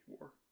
War